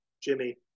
Jimmy